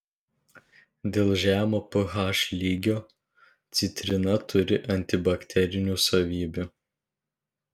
dėl žemo ph lygio citrina turi antibakterinių savybių